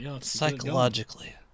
psychologically